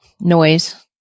Noise